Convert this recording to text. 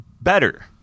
better